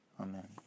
Amen